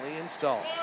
installed